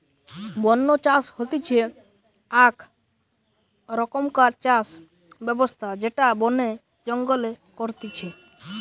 বন্য চাষ হতিছে আক রকমকার চাষ ব্যবস্থা যেটা বনে জঙ্গলে করতিছে